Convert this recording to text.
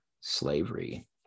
slavery